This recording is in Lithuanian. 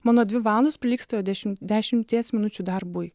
mano dvi valandos prilygsta jo dešim dešimties minučių darbui